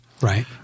Right